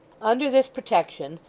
under this protection,